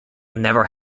never